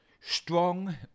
Strong